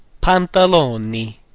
Pantaloni